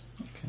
Okay